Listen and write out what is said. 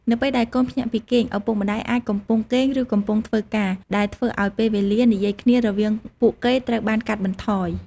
នៅពេលដែលកូនភ្ញាក់ពីគេង ឪពុកម្តាយអាចកំពុងគេង ឬកំពុងធ្វើការ ដែលធ្វើឲ្យពេលវេលានិយាយគ្នារវាងពួកគេត្រូវបានកាត់បន្ថយ។